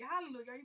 hallelujah